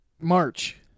March